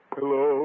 Hello